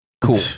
cool